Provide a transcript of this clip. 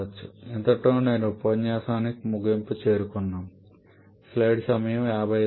కాబట్టి ఇంతటితో నేటి ఉపన్యాసం ముగింపు కి చేరుకున్నాము